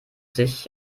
sich